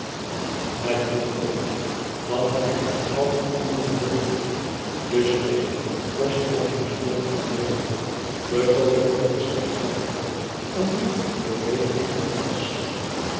met uw verlof dan heb ik aan elk van u nog een woordje dus sprekende loste hij een pistool op van reede de kogel floot deszelfs hairen door en wierp den vederhoed in t gras